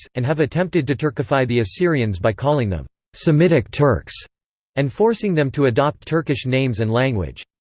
and have attempted to turkify the assyrians by calling them semitic turks and forcing them to adopt turkish names and language.